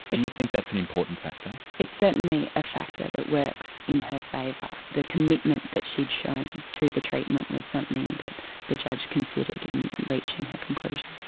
and you think that's an important factor? it's certainly a factor that works in her favour, the commitment that she'd shown to the treatment was something that the judge considered in reaching her conclusion.